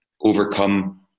overcome